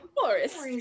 Forest